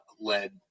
led